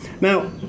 Now